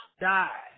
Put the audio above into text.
Die